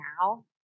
now